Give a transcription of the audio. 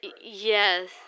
yes